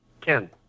Ken